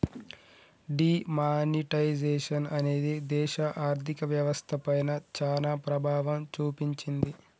D monetisation అనేది దేశ ఆర్ధిక వ్యవస్థ పైన చానా ప్రభావం చూపించింది